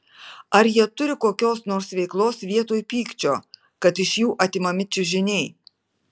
ar jie turi kokios nors veiklos vietoj pykčio kad iš jų atimami čiužiniai